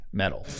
metal